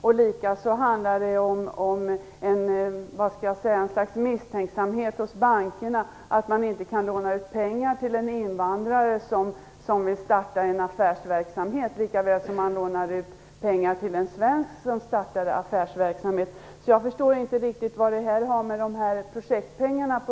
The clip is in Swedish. Det handlar också om ett slags misstänksamhet hos bankerna, som leder till att man inte lånar ut pengar till en invandrare som vill starta affärsverksamhet på samma sätt som man lånar ut pengar till en svensk som startar affärsverksamhet. Jag förstår inte riktigt vad det har att göra med projektpengarna på